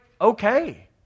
okay